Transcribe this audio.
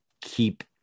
keep